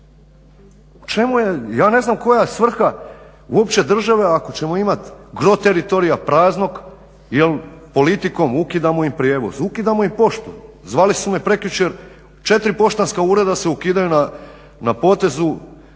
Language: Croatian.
baš sve. Ja ne znam koja je svrha uopće države ako ćemo imati gro teritorija praznog jer politikom ukidamo im prijevoz, ukidamo im poštu. Zvali su me prekjučer, 4 poštanska ureda se ukidaju na potezu